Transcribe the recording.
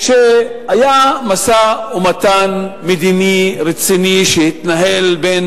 שהיה משא-ומתן מדיני רציני שהתנהל בין